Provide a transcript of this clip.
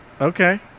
Okay